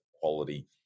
quality